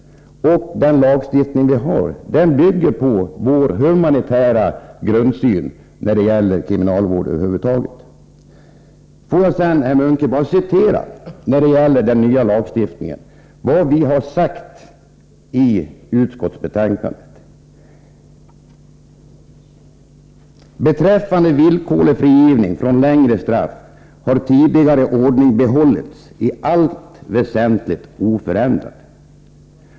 Den lagstiftning vi har bygger på vår humanitära grundsyn när det gäller kriminalvård över huvud taget. Får jag sedan, herr Munke, bara citera vad vi i utskottsbetänkandet sagt om den nya lagstiftningen: ”Beträffande villkorlig frigivning från längre straff har tidigare ordning behållits i allt väsentligt oförändrad.